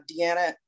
Deanna